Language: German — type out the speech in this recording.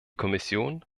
kommission